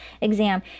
exam